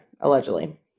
Allegedly